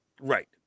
Right